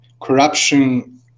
corruption